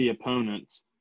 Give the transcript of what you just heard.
opponents